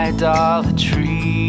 Idolatry